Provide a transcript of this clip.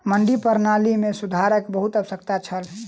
मंडी प्रणाली मे सुधारक बहुत आवश्यकता छल